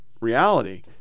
reality